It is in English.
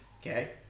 Okay